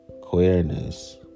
queerness